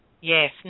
Yes